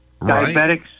diabetics